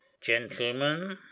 gentlemen